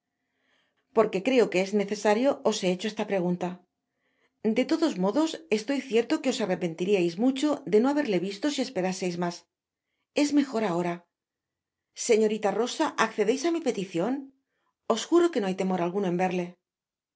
porque creo que es necesario os he hecho esta pregunta de todos modos estoy cierto que os arrepentiriais mucho de un haberle visto si esperaseis mas es mejor ahora señorita llosa accedeis á mi peticion os juro que no hay temor alguno en verle